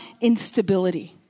instability